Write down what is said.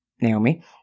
Naomi